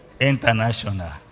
International